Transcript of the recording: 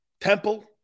Temple